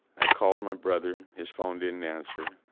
i called my brother, his phone didn't answer.